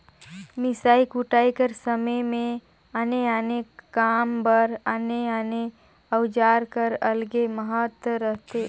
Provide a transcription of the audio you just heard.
मिसई कुटई कर समे मे आने आने काम बर आने आने अउजार कर अलगे महत रहथे